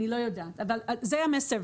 אבל זה המסר,